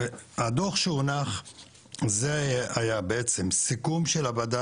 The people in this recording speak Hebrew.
הדוח שהונח זה היה בעצם סיכום של הוועדה